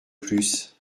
plus